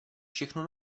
všechno